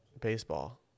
baseball